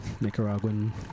Nicaraguan